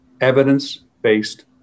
Evidence-based